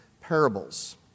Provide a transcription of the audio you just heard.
parables